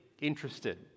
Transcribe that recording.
interested